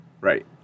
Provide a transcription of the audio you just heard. Right